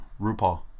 RuPaul